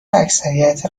اکثریت